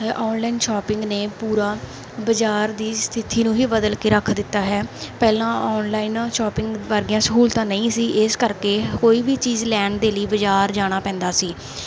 online shopping ਨੇ ਪੂਰਾ ਬਾਜ਼ਾਰ ਦੀ ਸਥਿਤੀ ਨੂੰ ਹੀ ਬਦਲ ਕੇ ਰੱਖ ਦਿੱਤਾ ਹੈ ਪਹਿਲਾਂ ਔਨਲਾਈਨ ਸ਼ੋਪਿੰਗ ਵਰਗੀਆਂ ਸਹੂਲਤਾਂ ਨਹੀਂ ਸੀ ਇਸ ਕਰਕੇ ਕੋਈ ਵੀ ਚੀਜ਼ ਲੈਣ ਦੇ ਲਈ ਬਾਜ਼ਾਰ ਜਾਣਾ ਪੈਂਦਾ ਸੀ